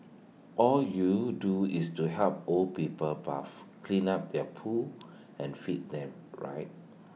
all you do is to help old people bathe clean up their poo and feed them right